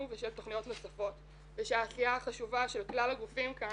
ושל תכניות נוספות ושהעשייה החשובה של כלל הגופים כאן,